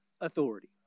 authority